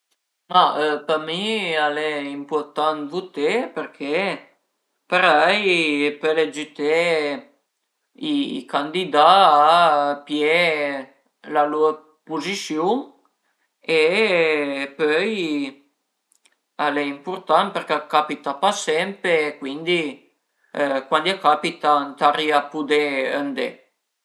Ma për mi al e impurtant vuté përché parei pöle giüté i candidà a pìé la lur puzisiun e pöi al e impurtant përché a capita pa sempe e cuindi cuandi a capita ëntarìa pudé andé